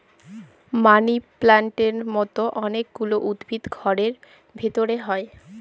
মানি প্লান্টের মতো অনেক গুলো উদ্ভিদ ঘরের ভেতরে হয়